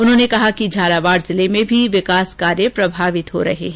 उन्होंने कहा कि झालावाड़ जिले में भी विकास कार्य प्रभावित हो रहे हैं